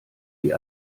die